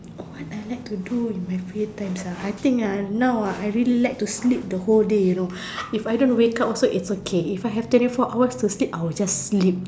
what I like to do in my free times ah I think ah now ah I really like to sleep the whole day you know if I don't wake up also it's okay if I have twenty four hours to sleep I will just sleep